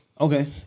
Okay